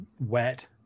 wet